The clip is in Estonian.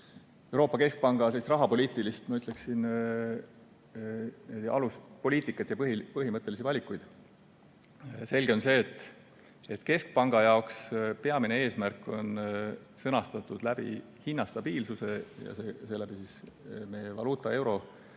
Euroopa Keskpanga rahapoliitilist, ma ütleksin, aluspoliitikat ja põhimõttelisi valikuid! Selge on see, et keskpanga jaoks peamine eesmärk on sõnastatud läbi hinnastabiilsuse ja seeläbi meie valuuta, euro